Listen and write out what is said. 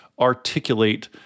articulate